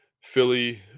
Philly